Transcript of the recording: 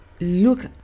look